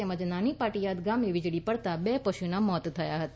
તેમજ નાના પાળીયાદ ગામે વીજળી પડતા બે પશુઓના મોત થયા હતા